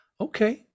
okay